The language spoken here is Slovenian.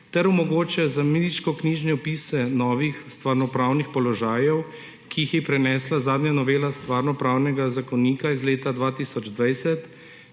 ter omogoča zemljiškoknjižne vpise novih stvarnopravnih položajev, ki jih je prinesla zadnja novela Stvarnopravnega zakonika iz leta 2020